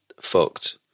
fucked